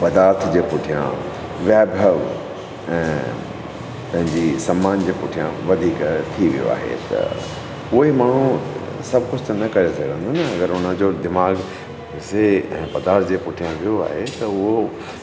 पदार्थ जे पुठियां वैभव ऐं पंहिंजी सम्मान जे पुठियां वधीक थी वियो आहे त उहे माण्हू सभु कुझु त न करे सघंदो न अगरि हुनजो दिमाग़ जे पदार्थ जे पुठियां वियो आहे त उहो